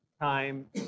time